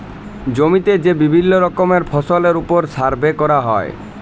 জমিতে যে বিভিল্য রকমের ফসলের ওপর সার্ভে ক্যরা হ্যয়